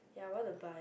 ya I want to buy